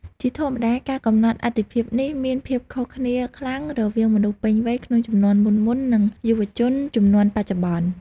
ជាធម្មតា ការកំណត់អាទិភាពនេះមានភាពខុសគ្នាខ្លាំងរវាងមនុស្សពេញវ័យក្នុងជំនាន់មុនៗ និងយុវជនជំនាន់បច្ចុប្បន្ន។